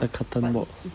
the carton box